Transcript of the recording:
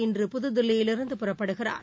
இன்று புதுதில்லியிலிருந்து புறப்படுகிறார்